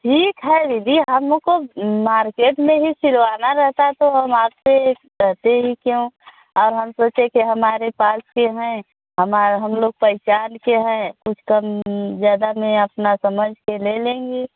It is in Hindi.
ठीक है दीदी हम लोग को मार्केट में ही सिलवाना रहता है तो हम आप से कहते ही क्यों और हम सोचें कि हमारे पास के हैं हमारा हम लोग पहचान के हैं कुछ कम ज़्यादा में अपना समझ के ले लेंगे